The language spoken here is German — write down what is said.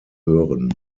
hören